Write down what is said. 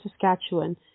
Saskatchewan